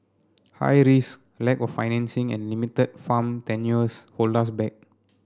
high risk lack of financing and limited farm tenures hold us back